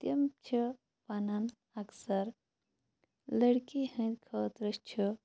تِم چھِ وَنان اکثر لٔڑکی ہٕنٛدۍ خٲطرٕ چھِ